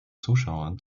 zuschauern